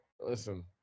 Listen